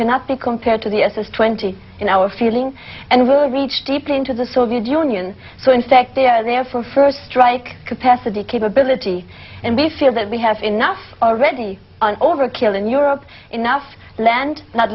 cannot be compared to the s s twenty in our feeling and will reach deep into the soviet union so in fact they are for first strike capacity capability and the feel that we have enough already overkill in europe enough land not